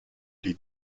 les